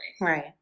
right